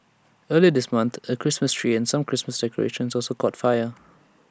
earlier this month A Christmas tree and some Christmas decorations also caught fire